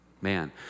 man